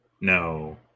No